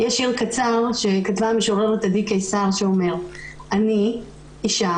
יש שיר קצר שכתבה המשוררת עדי קיסר שאומר: "אני אישה